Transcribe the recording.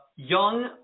young